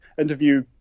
interview